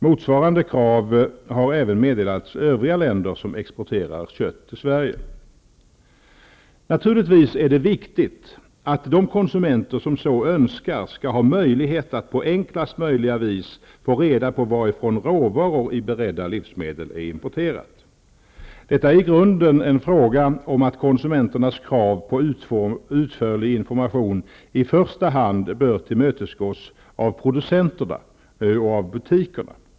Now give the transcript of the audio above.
Motsvarande krav har även meddelats övriga länder som exporterar kött till Sverige. Naturligtvis är det viktigt att de konsumenter som så önskar skall ha möjlighet att på enklast möjliga vis få reda på varifrån råvaror i beredda livsmedel är importerade. Detta är i grunden en fråga om att konsumenternas krav på utförlig information i första hand bör tillmötesgås av producenterna och av butikerna.